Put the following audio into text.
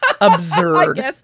Absurd